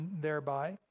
thereby